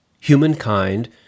humankind